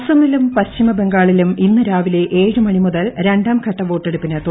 അസമിലും പശ്ചിമ ബംഗാളിലും ഇന്ന് രാവിലെ ഏഴ് മണി മുതൽ രണ്ടാം ഘട്ട വോട്ടെടുപ്പിന് തുടക്കമായി